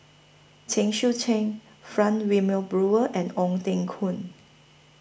Chen Sucheng Frank Wilmin Brewer and Ong Teng Koon